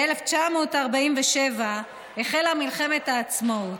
ב-1947 החלה מלחמת העצמאות.